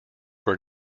were